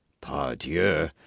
Pardieu